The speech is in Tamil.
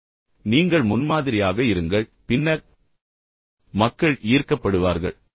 எனவே நீங்கள் முன்மாதிரியாக இருங்கள் பின்னர் மக்கள் ஈர்க்கப்படுவார்கள்